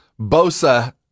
Bosa